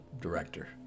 director